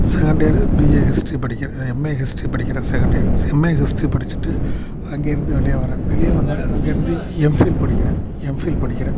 second year BA history படிக்கிறேன் MA history படிக்கிறேன் second year MA history படிச்சுட்டு அங்கிருந்து வெளியே வர்றேன் வெளியே வந்தவுன்னே அங்கிருந்து எம்ஃபில் படிக்கிறேன் எம்ஃபில் படிக்கிறேன்